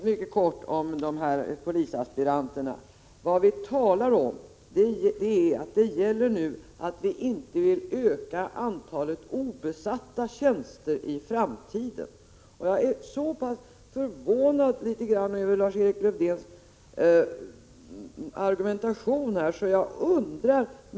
Herr talman! Mycket kort om polisaspiranterna. Vad det handlar om är att vi inte vill öka antalet obesatta tjänster i framtiden. Jag är förvånad över Lars-Erik Löwdéns argumentation här.